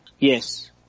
Yes